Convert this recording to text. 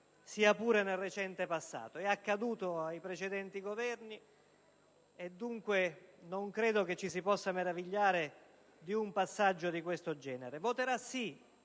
sia pure nel recente passato. È accaduto ai precedenti Governi e, pertanto, non credo ci si possa meravigliare di un passaggio di questo genere. Il Gruppo